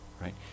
right